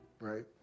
right